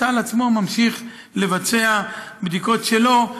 צה"ל עצמו ממשיך לבצע בדיקות משלו,